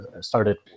started